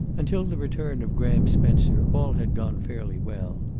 until the return of graham spencer, all had gone fairly well.